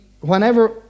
whenever